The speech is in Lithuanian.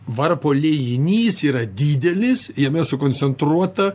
varpo liejinys yra didelis jame sukoncentruota